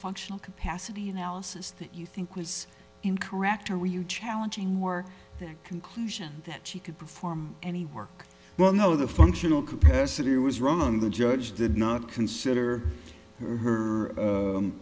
functional capacity analysis that you think was incorrect or were you challenging more than a conclusion that she could perform any work well no the functional capacity was wrong the judge did not consider her